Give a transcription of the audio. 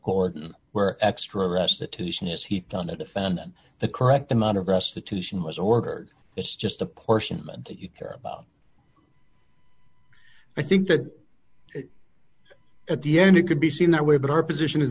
cordoned where extra restitution is heaped on a defendant the correct amount of restitution was ordered it's just a portion that you care about i think that at the end it could be seen that way but our position is